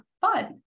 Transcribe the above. fun